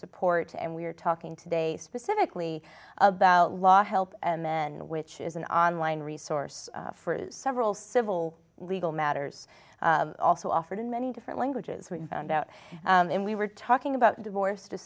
support and we're talking today specifically about law help men which is an online resource for several civil legal matters also offered in many different languages we found out and we were talking about divorce